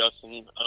Justin